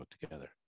together